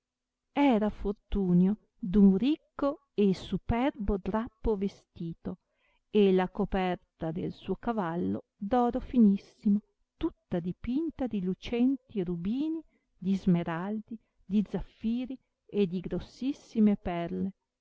era fortunio d un ricco e superbo drappo vestito e la coperta del suo cavallo d oro finissimo tutta dipinta di lucenti rubini di smeraldi di zaffiri e di grossissime perle